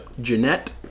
Jeanette